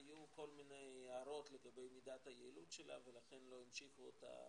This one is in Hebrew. היו כל מיני הערות לגבי מידת היעילות שלה ולכן לא המשיכו אותה